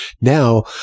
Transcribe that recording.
Now